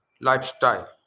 lifestyle